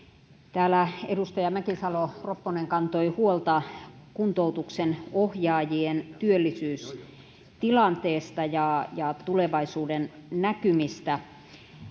täällä edustaja mäkisalo ropponen kantoi huolta kuntoutuksen ohjaajien työllisyystilanteesta ja ja tulevaisuudennäkymistä